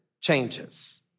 changes